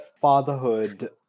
fatherhood